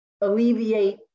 alleviate